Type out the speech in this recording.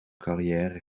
carrière